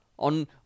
On